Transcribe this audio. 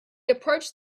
approached